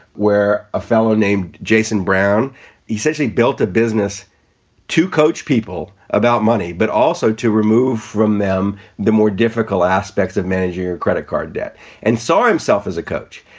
where a fellow named jason brown essentially built a business to coach people about money, but also to remove from them the more difficult aspects of managing your credit card debt and saw himself as a coach.